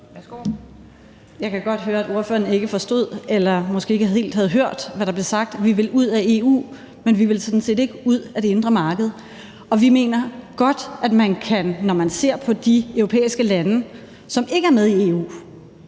Jeg kan godt høre, at ordføreren ikke forstod eller måske ikke helt havde hørt, hvad der blev sagt. Vi vil ud af EU, men vi vil sådan set ikke ud af det indre marked, og vi mener godt, at man – når man ser på de europæiske lande, som ikke er med i EU,